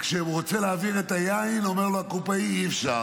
וכשהוא רוצה להעביר את היין אומר לו הקופאי: אי-אפשר